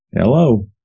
Hello